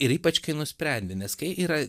ir ypač kai nusprendi nes kai yra